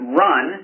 run